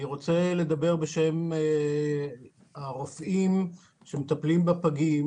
אני רוצה לדבר בשם הרופאים שמטפלים בפגים